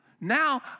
now